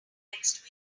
next